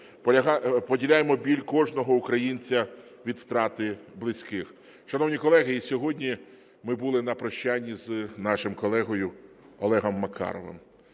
Поділяємо біль кожного українця від втрати близьких. Шановні колеги, і сьогодні ми були на прощанні з нашим колегою Олегом Макаровим.